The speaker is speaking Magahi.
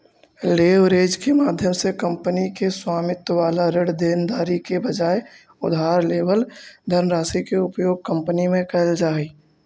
लेवरेज के माध्यम से कंपनी के स्वामित्व वाला ऋण देनदारी के बजाय उधार लेवल धनराशि के उपयोग कंपनी में कैल जा हई